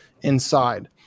inside